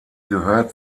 gehört